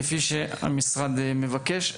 כפי שהמשרד מבקש.